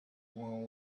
when